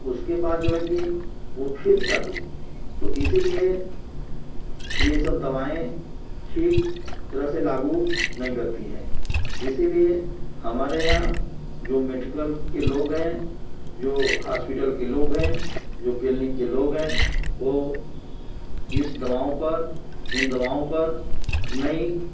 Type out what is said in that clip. उसके बाद जो है कि वो फिर चालू तो इसीलिए ये सब दवाएँ ठीक तरह से लागू नहीं करती हैं इसीलिए हमारे यहाँ जो मेडिकल के लोग हैं जो हास्पीटल के लोग हैं जो किलनिक के लोग हैं वो इस दवाओं पर इन दवाओं पर नहीं